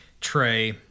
tray